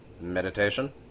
Meditation